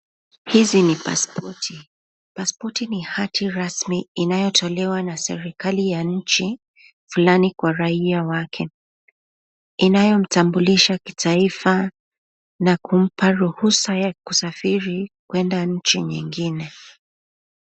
Hizi ni pasipoti pasipoti ni hati rasmi inayotolewa na serikali ya nchi fulani kwa raia wake. Inayomtambulisha kitaifa na kumpa ruhusa kusafiri kuenda nchi nyingine.